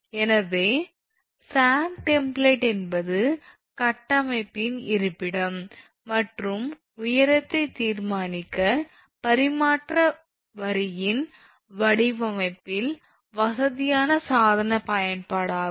எனவே sag template என்பது கட்டமைப்பின் இருப்பிடம் மற்றும் உயரத்தை தீர்மானிக்க பரிமாற்ற வரியின் வடிவமைப்பில் வசதியான சாதன பயன்பாடாகும்